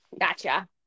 Gotcha